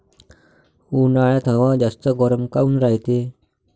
उन्हाळ्यात हवा जास्त गरम काऊन रायते?